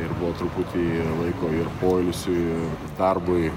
ir buvo truputį laiko ir poilsiui darbui